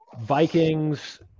Vikings